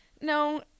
no